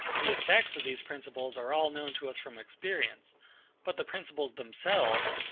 the effects of these principles are all known to us from experience but the principles themselves,